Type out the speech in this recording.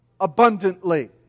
abundantly